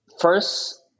first